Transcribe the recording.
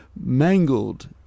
Mangled